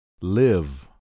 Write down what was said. Live